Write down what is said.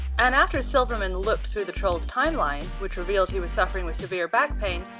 and after silverman looked through the trolls timeline, which revealed he was suffering with severe back pain,